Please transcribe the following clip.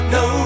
no